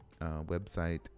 website